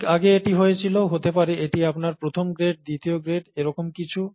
অনেক আগে এটি হয়েছিল হতে পারে এটি আপনার প্রথম গ্রেড দ্বিতীয় গ্রেড এরকম কিছু